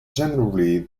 generally